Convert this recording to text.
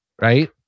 right